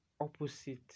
opposite